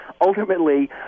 Ultimately